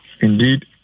indeed